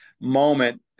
moment